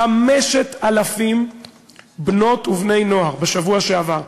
5,000 בנות ובני נוער בשבוע שעבר,